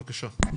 בבקשה.